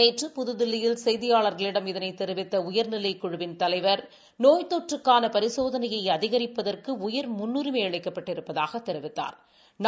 நேற்று புதுதில்லியில் செய்தியாளர்களிடம் இதனை தெரிவித்த உயர்நிலைக்குழுவின் தலைவர் நோய் தொற்றுக்கான பரிசோதனையை அதிகரிப்பதற்கு உயர் முன்னுரிமை அளிக்கப்பட்டிருப்பதாகத் தெரிவித்தாா்